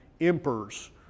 Emperors